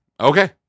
Okay